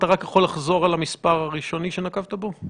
אם אתה רק יכול לחזור על המספר הראשוני שנקבת בו?